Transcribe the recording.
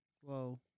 Whoa